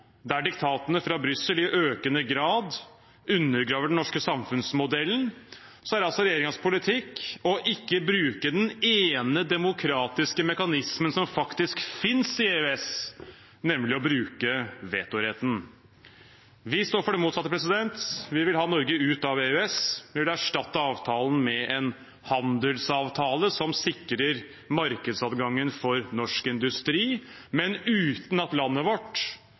der diktatene fra Brussel i økende grad undergraver den norske samfunnsmodellen, er regjeringens politikk å ikke bruke den ene demokratiske mekanismen som faktisk finnes i EØS, nemlig vetoretten. Vi står for det motsatte. Vi vil ha Norge ut av EØS. Vi vil erstatte avtalen med en handelsavtale, som sikrer markedsadgangen for norsk industri, men uten at landet vårt